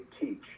teach